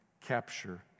capture